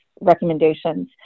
recommendations